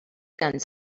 guns